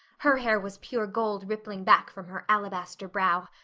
her hair was pure gold rippling back from her alabaster brow.